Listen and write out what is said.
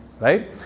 right